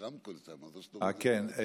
אה, כן.